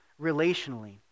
relationally